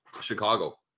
Chicago